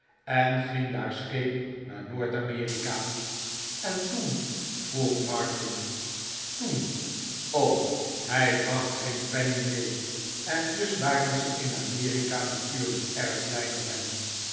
en ging daar scheep naar noord amerika en toen vroeg martin toen o hij bracht geen penning mee en dus waren ze in amerika natuurlijk erg blij met hem